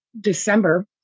December